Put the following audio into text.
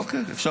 באמת